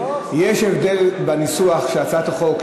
יש הבדל בניסוח של הצעת החוק,